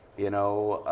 you know.